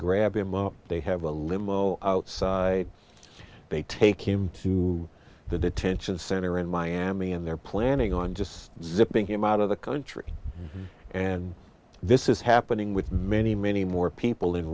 grab him up they have a limo outside they take him to the detention center in miami and they're planning on just zipping him out of the country and this is happening with many many more people in